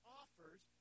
offers